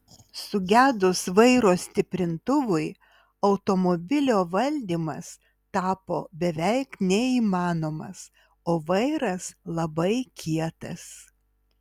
sugedus vairo stiprintuvui automobilio valdymas tapo beveik neįmanomas o vairas labai kietas